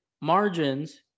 margins